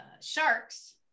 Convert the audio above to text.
sharks